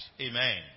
Amen